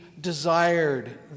desired